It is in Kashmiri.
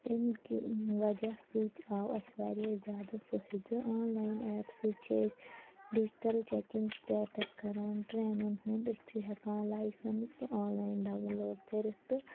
تَمہِ کہِ وجہ سۭتۍ آو اَسہِ واریاہ زیادٕ فٲیدٕ آن لایِن ایپہٕ سۭتۍ چھِ أسۍ ڈِجِٹَل چیٚکِنٛگ سِٹیٹَس کَران ٹرٛینَن ہُنٛد أسۍ چھِ ہٮ۪کان لایسَنَس تہِ آن لایِن ڈاوُن لوڈ کٔرِتھ تہٕ